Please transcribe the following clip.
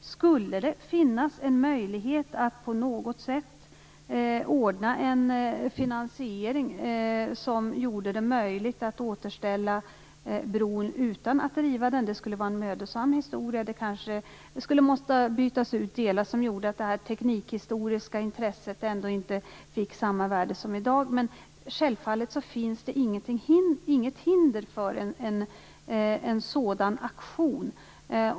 Om det på något sätt skulle gå att ordna en finansiering som gjorde det möjligt att återställa bron utan att riva den finns det självfallet inget hinder för en sådan aktion, även om det skulle vara en mödosam historia och delar kanske skulle behöva bytas ut som gjorde att det inte blev samma teknikhistoriska värde som i dag.